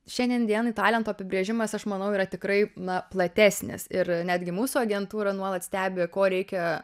šiandien dienai talento apibrėžimas aš manau yra tikrai na platesnis ir netgi mūsų agentūra nuolat stebi ko reikia